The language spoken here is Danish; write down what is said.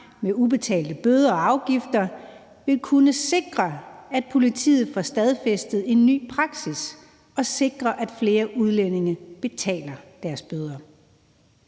med ubetalte bøder og afgifter, vil kunne sikre, at politiet får stadfæstet en ny praksis, og sikre, at flere udlændinge betaler deres bøder.